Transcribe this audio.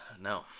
No